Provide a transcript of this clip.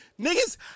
niggas